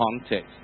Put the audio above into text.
context